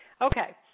okay